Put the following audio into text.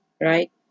right